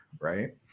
right